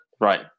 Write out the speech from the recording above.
Right